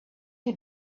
you